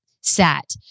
SAT